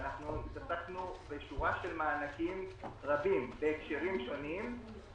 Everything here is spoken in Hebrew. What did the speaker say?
ואנחנו התעסקנו בשורה של מענקים רבים בהקשרים שונים,